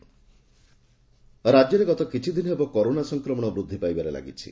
corona Odisha ରାଜ୍ୟରେ ଗତ କିଛିଦିନ ହେବ କରୋନା ସଂକ୍ରମଣ ବୃଦ୍ଧି ପାଇବାରେ ଲାଗିଛି